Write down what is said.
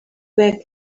back